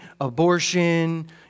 abortion